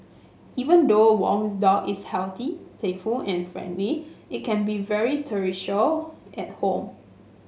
even though Wong's dog is healthy playful and friendly it can be very at home